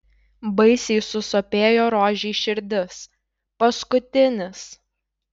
baisiai susopėjo rožei širdis paskutinis